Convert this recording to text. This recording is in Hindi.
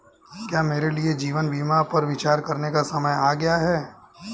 क्या मेरे लिए जीवन बीमा पर विचार करने का समय आ गया है?